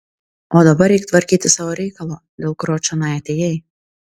o dabar eik tvarkyti savo reikalo dėl kurio čionai atėjai